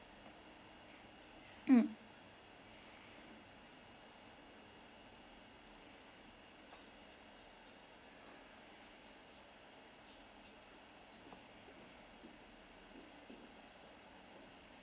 mm